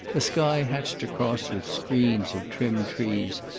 a sky hatched across with screens of trimmed trees,